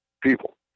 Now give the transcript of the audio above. people